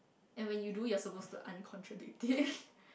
and when you do you're supposed to uncontradict it